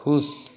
खुश